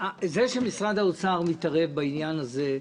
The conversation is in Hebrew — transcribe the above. זה שמשרד האוצר מתערב בעניין הזה,